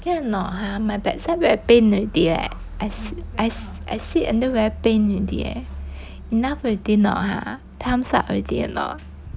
can or not !huh! my backside very pain already eh I I I sit until pain already eh enough already or not !huh! times up already or not